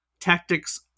Tactics